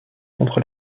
contre